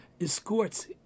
escorts